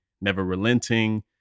never-relenting